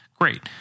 Great